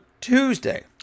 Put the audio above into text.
Tuesday